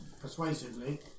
persuasively